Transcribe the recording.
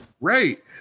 Right